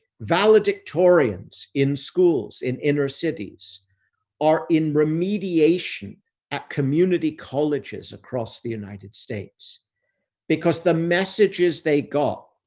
valedictorians in schools, in inner cities are in remediation at community colleges across the united states because the messages they got,